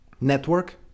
network